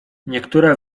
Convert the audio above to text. niektóre